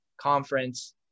conference